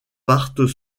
partent